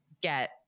get